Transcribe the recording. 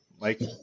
Mike